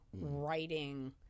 writing